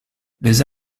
les